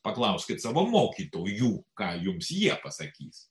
paklauskit savo mokytojų ką jums jie pasakys